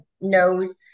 knows